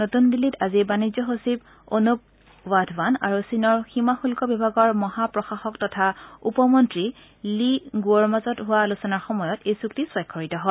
নতুন দিন্নীত আজি বাণিজ্য সচিব অনুপ ৱাধৱান আৰু চীনৰ সীমা শুল্ক বিভাগৰ মহা প্ৰশাসক তথা উপ মন্নী লি গুঅৰ মাজত হোৱা আলোচনাৰ সময়ত এই চুক্তি স্বাক্ষৰিত হয়